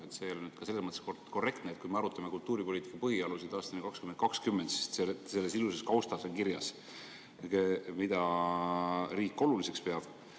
See ei ole selles mõttes korrektne, et kui me arutame kultuuripoliitika põhialused aastani 2020, siis selles ilusas kaustas on kirjas, mida riik oluliseks peab.